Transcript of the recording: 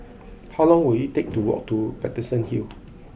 how long will it take to walk to Paterson Hill